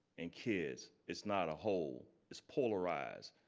and kids is not a whole is polarized.